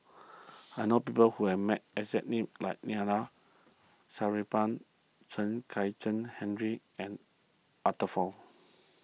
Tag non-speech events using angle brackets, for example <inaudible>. I know people who have <unintelligible> exact name as Neila <unintelligible> Chen Kezhan Henri and Arthur Fong